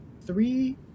three